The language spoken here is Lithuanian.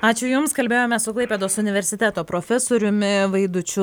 ačiū jums kalbėjomės su klaipėdos universiteto profesoriumi vaidučiu